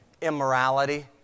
immorality